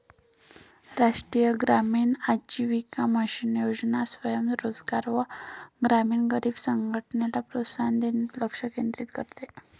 राष्ट्रीय ग्रामीण आजीविका मिशन योजना स्वयं रोजगार व ग्रामीण गरीब संघटनला प्रोत्साहन देण्यास लक्ष केंद्रित करते